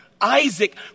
Isaac